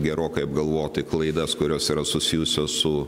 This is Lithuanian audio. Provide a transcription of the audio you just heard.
gerokai apgalvoti klaidas kurios yra susijusios su